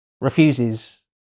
refuses